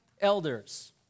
elders